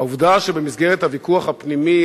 העובדה שבמסגרת הוויכוח הפנימי,